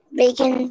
bacon